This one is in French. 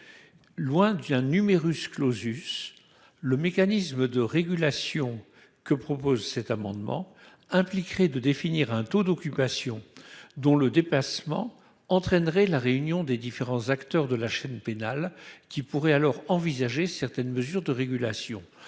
Loin d'être un, le mécanisme que nous proposons impliquerait de définir un taux d'occupation dont le dépassement « entraînerait la réunion des différents acteurs de la chaîne pénale, qui pourraient alors envisager certaines mesures de régulation